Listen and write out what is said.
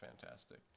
fantastic